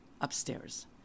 upstairs